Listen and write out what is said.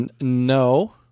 no